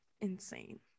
insane